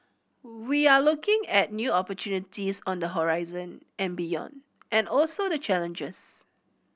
we are looking at new opportunities on the horizon and beyond and also the challenges